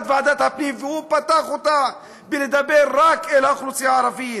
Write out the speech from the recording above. ועדת הפנים ופתח אותה בדיבור רק אל האוכלוסייה הערבית.